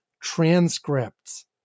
transcripts